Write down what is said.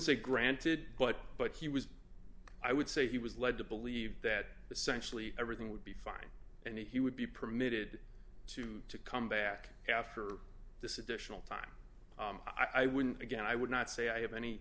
say granted but but he was i would say he was led to believe that essentially everything would be fine and he would be permitted to come back after this additional time i wouldn't again i would not say i have any